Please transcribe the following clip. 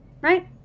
right